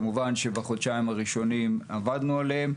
כשבחודשיים הראשונים עבדנו עליהם.